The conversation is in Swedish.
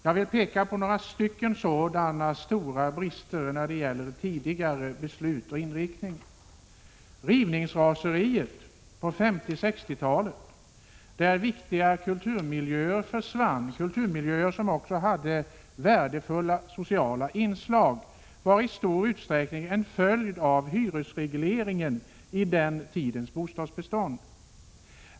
Jag vill peka på några stora brister när det gäller tidigare beslut och inriktning. Rivningsraseriet på 1950 och 1960-talet, då viktiga kulturmiljöer försvann, kulturmiljöer som även hade värdefulla sociala inslag, var i stor utsträckning en följd av hyresregleringen i den tidens bostadsbestånd.